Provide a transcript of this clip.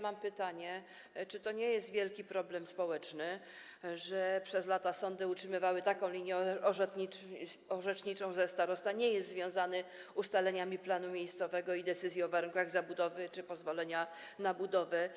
mam pytanie: Czy to nie jest wielki problem społeczny, że przez lata sądy utrzymywały taką linię orzeczniczą, że starosta nie jest związany ustaleniami planu miejscowego i decyzjami o warunkach zabudowy czy pozwoleniami na budowę?